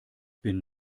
bin